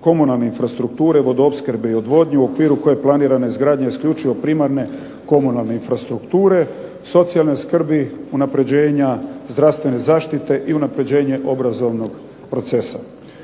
komunalne infrastrukture, vodoopskrbe i odvodnje u okviru koje je planirana izgradnja isključivo primarne komunalne infrastrukture, socijalne skrbi, unapređenja zdravstvene zaštite i unapređenje obrazovnog procesa.